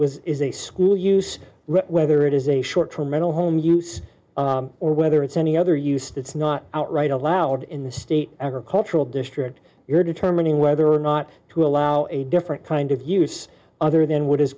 was is a school use red whether it is a short term mental home use or whether it's any other used it's not outright allowed in the state agricultural district here determining whether or not to allow a different kind of use other than what is